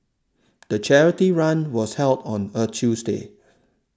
the charity run was held on a Tuesday